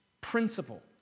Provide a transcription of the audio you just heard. principle